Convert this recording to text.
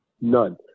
None